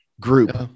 group